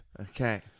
Okay